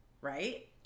Right